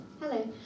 Hello